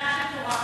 היחידה שטורחת.